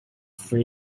three